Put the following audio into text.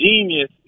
genius